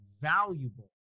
valuable